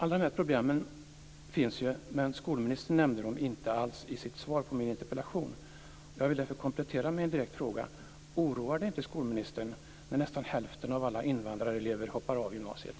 Alla de här problemen finns men skolministern nämnde dem inte alls i sitt svar på min interpellation. Jag vill därför komplettera med en direkt fråga: Oroar det inte skolministern när nästan hälften av alla invandrarelever hoppar av gymnasiet?